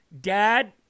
dad